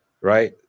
Right